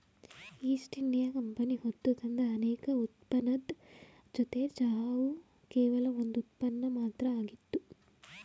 East India Company ಹೊತ್ತುತಂದ ಅನೇಕ ಉತ್ಪನ್ನದ್ ಜೊತೆ ಚಹಾವು ಕೇವಲ ಒಂದ್ ಉತ್ಪನ್ನ ಮಾತ್ರ ಆಗಿತ್ತು